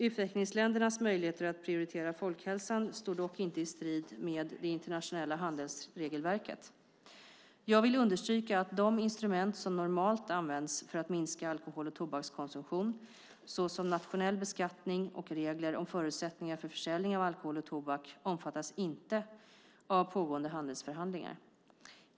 Utvecklingsländernas möjligheter att prioritera folkhälsan står dock inte i strid med det internationella handelsregelverket. Jag vill understryka att de instrument som normalt används för att minska alkohol och tobakskonsumtion, såsom nationell beskattning och regler om förutsättningar för försäljning av alkohol och tobak, inte omfattas av pågående handelsförhandlingar.